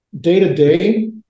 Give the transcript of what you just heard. day-to-day